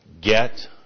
get